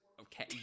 Okay